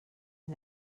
and